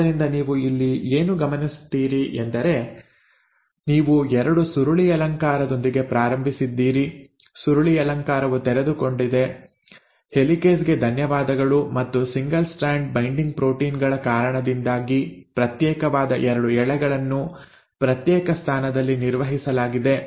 ಆದ್ದರಿಂದ ನೀವು ಇಲ್ಲಿ ಏನು ಗಮನಿಸುತ್ತೀರಿ ಎಂದರೆ ನೀವು ಎರಡು ಸುರುಳಿಯಲಂಕಾರದೊಂದಿಗೆ ಪ್ರಾರಂಭಿಸಿದ್ದೀರಿ ಸುರುಳಿಯಲಂಕಾರವು ತೆರೆದುಕೊಂಡಿದೆ ಹೆಲಿಕೇಸ್ ಗೆ ಧನ್ಯವಾದಗಳು ಮತ್ತು single strand binding protein single strand binding proteinಗಳ ಕಾರಣದಿಂದಾಗಿ ಪ್ರತ್ಯೇಕವಾದ 2 ಎಳೆಗಳನ್ನು ಪ್ರತ್ಯೇಕ ಸ್ಥಾನದಲ್ಲಿ ನಿರ್ವಹಿಸಲಾಗಿದೆ